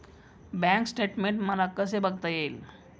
Bank statement मला कसे बघता येईल?